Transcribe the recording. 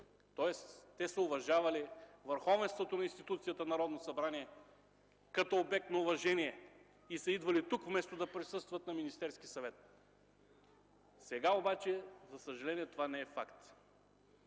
Тоест те са уважавали върховенството на институцията Народно събрание като обект на уважение и са идвали тук, вместо да присъстват на Министерски съвет. Сега обаче за съжаление това не е факт.